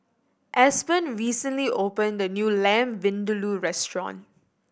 Aspen recently opened a new Lamb Vindaloo restaurant